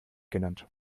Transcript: genannt